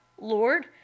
Lord